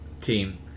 team